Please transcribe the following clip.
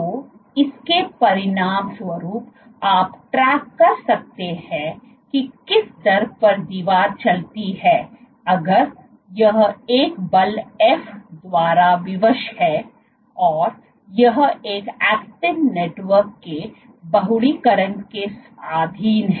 तो इसके परिणामस्वरूप आप ट्रैक कर सकते हैं कि किस दर पर दीवार चलती है अगर यह एक बल एफ द्वारा विवश है और यह एक एक्टिन नेटवर्क के बहुलककरण के अधीन है